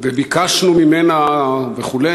וביקשנו ממנה וכו'.